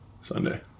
Sunday